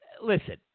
listen